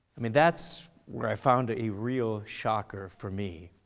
i mean, that's where i found a real shocker for me.